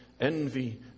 envy